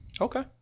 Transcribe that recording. Okay